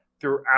throughout